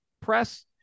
Press